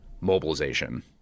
mobilization